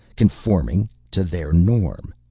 conforming to their norm.